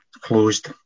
closed